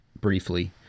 briefly